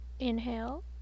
inhale